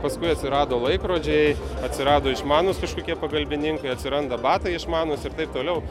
paskui atsirado laikrodžiai atsirado išmanūs kažkokie pagalbininkai atsiranda batai išmanūs ir taip toliau